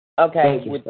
Okay